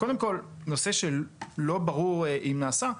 קודם כל נושא שלא ברור אם נעשה.